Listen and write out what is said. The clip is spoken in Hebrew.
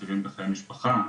מחירים בחיי המשפחה,